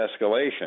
escalation